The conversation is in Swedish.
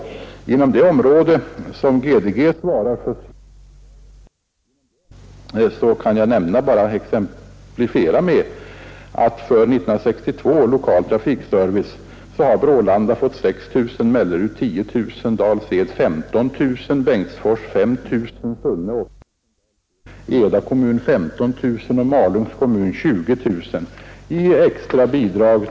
Jag vill också nämna att inom det område där GDG svarar för stamtrafiken har i form av extra bidrag för 1972 års lokaltrafikservice utgått följande belopp: Brålanda 6 000, Mellerud 10 000, Dalsed 15 000, Bengtsfors 5 000, Sunne 8000, Eda kommun 15 000 och Malungs kommun 20 000 kronor.